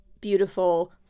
beautiful